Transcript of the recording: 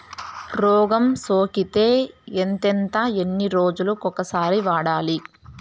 రోగం సోకితే ఎంతెంత ఎన్ని రోజులు కొక సారి వాడాలి?